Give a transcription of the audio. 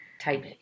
type